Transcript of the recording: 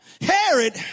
Herod